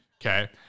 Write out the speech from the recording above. Okay